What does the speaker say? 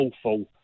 awful